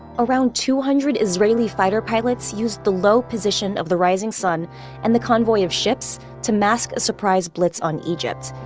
around two hundred israeli fighter pilots used the low position of the rising sun and the convoy of ships to mask a surprise blitz on egypt.